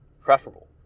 preferable